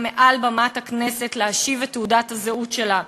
מעל במת הכנסת להשיב את תעודת הזהות שלה,